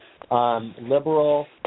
liberal